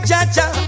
Jaja